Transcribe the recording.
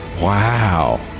Wow